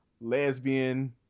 lesbian